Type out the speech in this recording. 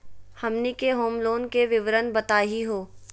हमनी के home loan के विवरण बताही हो?